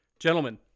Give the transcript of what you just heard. Gentlemen